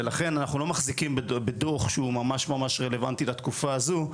ולכן אנחנו לא מחזיקים בדוח שהוא ממש ממש רלוונטי לתקופה הזו,